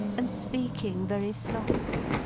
and speaking very softly,